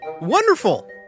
Wonderful